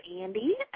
Andy